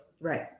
Right